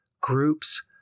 groups